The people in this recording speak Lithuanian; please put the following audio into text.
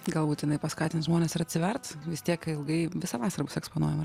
galbūt jinai paskatins žmones ir atsivert vis tiek ilgai visą vasarą bus eksponuojama